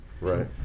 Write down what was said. Right